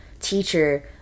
teacher